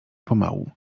pomału